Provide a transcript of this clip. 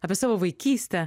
apie savo vaikystę